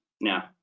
now